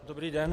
Dobrý den.